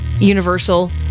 Universal